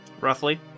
Roughly